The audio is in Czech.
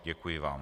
Děkuji vám.